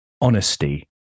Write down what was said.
Honesty